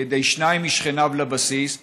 על ידי שניים משכניו לבסיס,